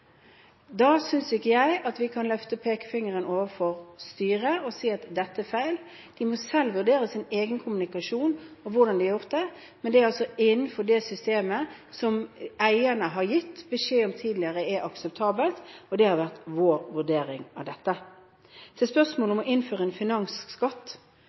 Da synes ikke jeg at vi kan løfte pekefingeren overfor styret og si at dette er feil. De må selv vurdere sin egen kommunikasjon og hvordan de har gjort det, men det er altså innenfor det systemet som eierne har gitt beskjed om tidligere at er akseptabelt. Det har vært vår vurdering av dette. Til spørsmålet